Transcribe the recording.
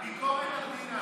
התשפ"ב 2021,